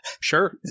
Sure